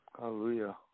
Hallelujah